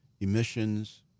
emissions